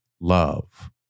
love